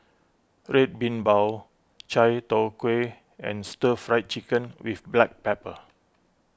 Red Bean Bao Chai Tow Kway and Stir Fried Chicken with Black Pepper